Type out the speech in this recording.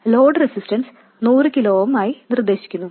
load resistance 100 kilo ohm ആയി നിർദ്ദേശിക്കുന്നു